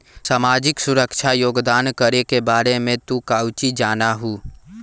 सामाजिक सुरक्षा योगदान करे के बारे में तू काउची जाना हुँ?